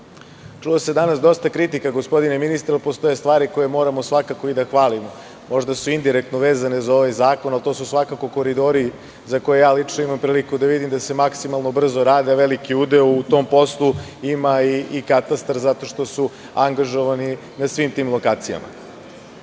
čulo danas dosta kritika, ali postoje stvari koje moramo svakako i da hvalimo. Možda su indirektno vezane za ovaj zakon, ali to su svakako koridori za koje lično imam priliku da vidim da se maksimalno brzo rade. Veliki udeo u tom poslu ima i katastar, zato što su angažovani na svim tim lokacijama. Ministre,